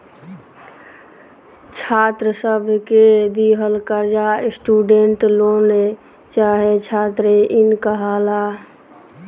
छात्र सब के दिहल कर्जा स्टूडेंट लोन चाहे छात्र इन कहाला